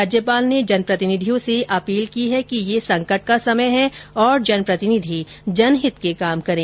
राज्यपाल ने जनप्रतिनिधियों से अपील की है कि यह संकट का समय है और जनप्रतिनिधि जनहित के काम करे